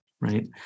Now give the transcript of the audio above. right